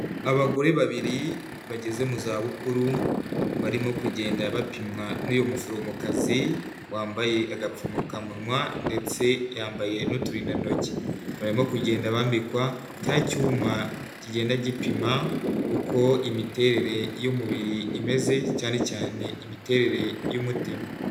Abagore babiri bageze mu za bukuru barimo kugenda bapimwa n'uyu muforomokazi, wambaye agapfukamunwa ndetse yambaye n'uturindantoki, barimo kugenda bambikwa cya cyuma kigenda gipima uko imiterere y'umubiri imeze cyane cyane imiterere y'umutima.